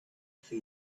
for